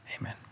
Amen